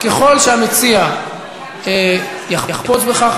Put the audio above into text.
ככל שהמציע יחפוץ בכך,